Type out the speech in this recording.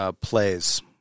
plays